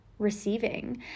receiving